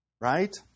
right